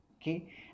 okay